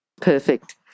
Perfect